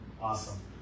Awesome